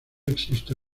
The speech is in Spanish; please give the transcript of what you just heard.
existe